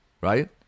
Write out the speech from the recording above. right